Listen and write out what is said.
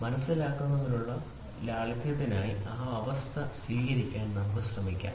മനസിലാക്കുന്നതിനുള്ള ലാളിത്യത്തിനായി ആ അവസ്ഥ സ്വീകരിക്കാൻ നമുക്ക് ശ്രമിക്കാം